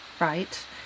right